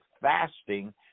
fasting